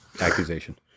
accusation